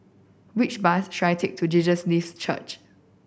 which bus should I take to Jesus Lives Church